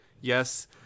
yes